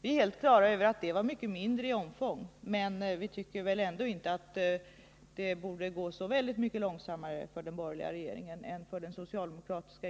Vi är helt klara över att det var mycket mindre i omfång, men vi tycker inte att det borde gå så mycket långsammare för den borgerliga regeringen än för den socialdemokratiska.